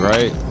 Right